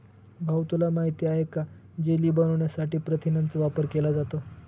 भाऊ तुला माहित आहे का जेली बनवण्यासाठी प्रथिनांचा वापर केला जातो